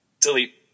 Delete